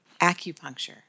acupuncture